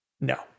No